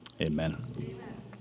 Amen